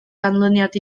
ganlyniad